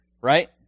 right